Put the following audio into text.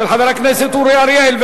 של חבר הכנסת אורי אריאל.